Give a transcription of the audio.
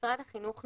שמשרד החינוך נכשל,